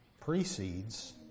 precedes